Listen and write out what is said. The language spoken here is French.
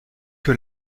que